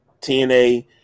TNA